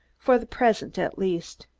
for the present at least.